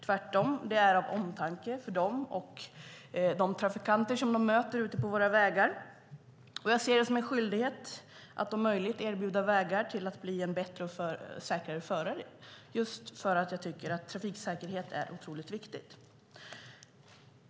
Tvärtom - det är av omtanke om dem och de trafikanter de möter ute på våra vägar. Jag ser det som en skyldighet att om möjligt erbjuda bättre och säkrare förare, just för att jag tycker att trafiksäkerheten är otroligt viktigt.